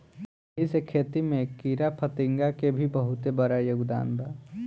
एही से खेती में कीड़ाफतिंगा के भी बहुत बड़ योगदान बा